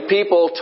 People